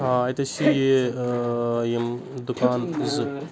آ اَتہِ حظ چھِ یہِ یِم دُکان زٕ